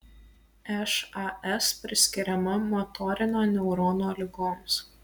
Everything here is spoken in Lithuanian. šas priskiriama motorinio neurono ligoms